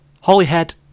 Holyhead